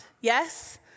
Yes